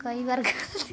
कई बार गलती